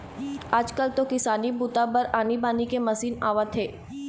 आजकाल तो किसानी बूता बर आनी बानी के मसीन आवत हे